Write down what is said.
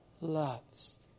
loves